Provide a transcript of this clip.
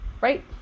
right